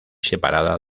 separada